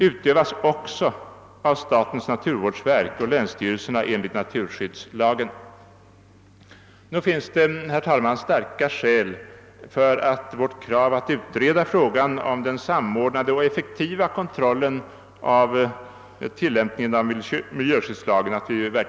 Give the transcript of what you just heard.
— »utövas också av statens naturvårdsverk och länsstyrelserna enligt naturskyddslagen.» Nog finns det, herr talman, starka skäl för vårt krav på en utredning av frågan om den samordnade och effektiva kontrollen av tillämpningen av miljöskyddslagen.